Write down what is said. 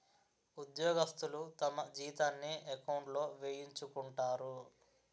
ఉద్యోగస్తులు తమ జీతాన్ని ఎకౌంట్లో వేయించుకుంటారు